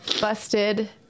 busted